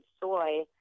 soy